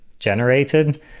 generated